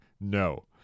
No